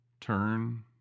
turn